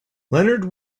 leonard